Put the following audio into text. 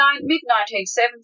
mid-1970s